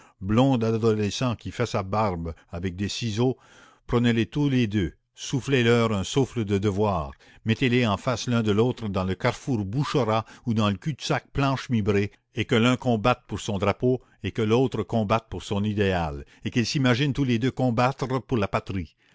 blond adolescent qui fait sa barbe avec des ciseaux prenez-les tous les deux soufflez leur un souffle de devoir mettez-les en face l'un de l'autre dans le carrefour boucherat ou dans le cul-de-sac planche mibray et que l'un combatte pour son drapeau et que l'autre combatte pour son idéal et qu'ils s'imaginent tous les deux combattre pour la patrie